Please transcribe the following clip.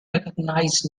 recognized